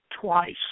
twice